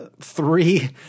three